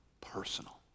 personal